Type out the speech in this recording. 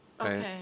Okay